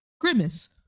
Grimace